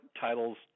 titles